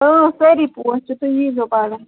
سٲری پوش چھِ تُہۍ ییٖزیو پگاہ